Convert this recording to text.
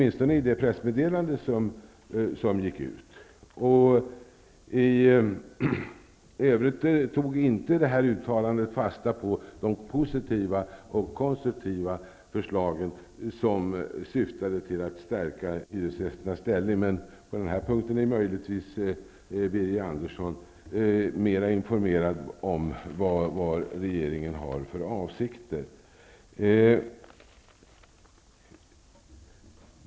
I övrigt tog inte uttalandet fasta på de positiva och konstruktiva förslag som syftade till att stärka hyresgästernas ställning. Men på den här punkten är möjligtvis Birger Andersson mera informerad om vad regeringen har för avsikter.